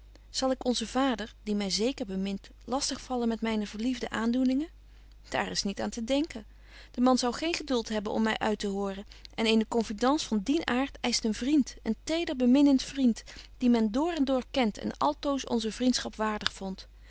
zal ik onzen vader die my zeker bemint lastig vallen met myne verliefde aandoeningen daar is niet aan te denken de betje wolff en aagje deken historie van mejuffrouw sara burgerhart man zou geen geduld hebben om my uittehoren en eene confidence van dien aart eischt een vriend een teder beminnent vriend dien men door en door kent en altoos onze vriendschap waardig vondt